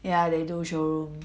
yeah they do showroom